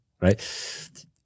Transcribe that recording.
right